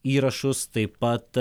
įrašus taip pat